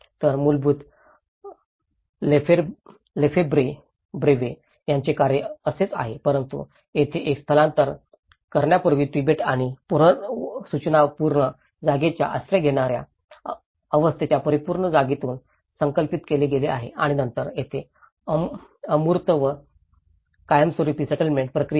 तर मूलतः लेफेब्रेLefebvre's यांचे कार्य असेच आहे परंतु येथे ते स्थलांतर करण्यापूर्वी तिबेट आणि पूर्वसूचनापूर्व जागेच्या आश्रय घेणार्या अवस्थेच्या परिपूर्ण जागेतून संकल्पित केले गेले आहे आणि नंतर येथे अमूर्त व कायमस्वरुपी सेटलमेंट प्रक्रिया आहे